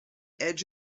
edge